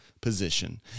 position